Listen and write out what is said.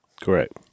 Correct